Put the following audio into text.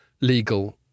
legal